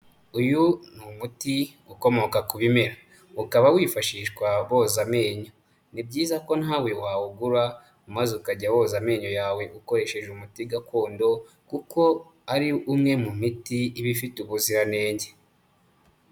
Uyu ni umuti ukomoka ku bimera, ukaba wifashishwa woza amenyo. Ni byiza ko nawe wawugura maze ukajya woza amenyo yawe ukoresheje umuti gakondo kuko ari umwe mu miti iba ifite ubuziranenge.